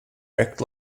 act